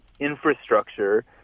Infrastructure